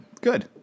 good